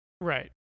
Right